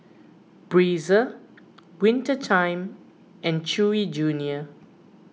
Breezer Winter Time and Chewy Junior